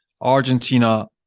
Argentina